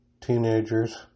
teenagers